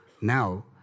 now